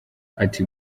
ati